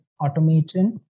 automation